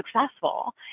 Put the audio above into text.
successful